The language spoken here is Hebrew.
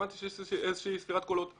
הבנתי שיש איזושהי ספירת קולות.